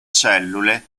cellule